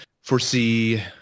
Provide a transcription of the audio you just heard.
foresee